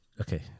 okay